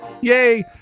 Yay